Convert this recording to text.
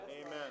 Amen